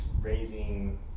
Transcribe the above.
raising